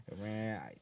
man